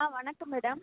வணக்கம் மேடம்